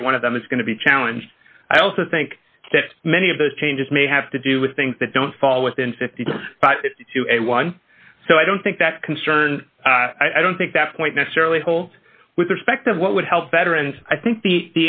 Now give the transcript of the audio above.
every one of them is going to be challenge i also think that many of those changes may have to do with things that don't fall within fifty five to a one so i don't think that's a concern i don't think that point necessarily hold with respect of what would help veterans i think the